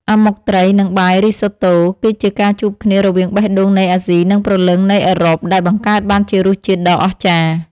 អាម៉ុកត្រី និងបាយរីសូតូគឺជាការជួបគ្នារវាងបេះដូងនៃអាស៊ីនិងព្រលឹងនៃអឺរ៉ុបដែលបង្កើតបានជារសជាតិដ៏អស្ចារ្យ។